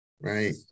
Right